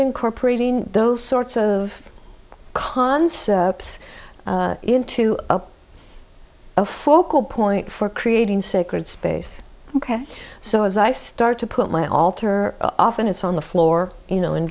incorporating those sorts of cons into a focal point for creating sacred space ok so as i start to put my altar off and it's on the floor you know in